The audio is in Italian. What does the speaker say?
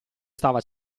stava